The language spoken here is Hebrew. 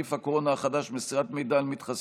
נגיף הקורונה החדש) (מסירת מידע על מתחסנים),